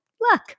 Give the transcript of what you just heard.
Look